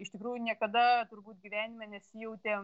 iš tikrųjų niekada turbūt gyvenime nesijautėm